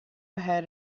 ahead